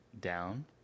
down